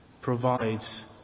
provides